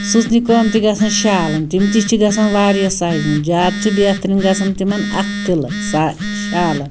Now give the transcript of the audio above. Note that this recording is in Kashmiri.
سٕژنہِ کٲم تہِ گژھان شالَن تِم تہِ چھِ گژھان واریاہ سَجھوٕنۍ زیٛادٕ چھِ بہتریٖن گژھان تِمَن اَتھہٕ تِلہٕ شالَن